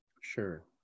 Sure